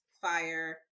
fire